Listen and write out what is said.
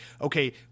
okay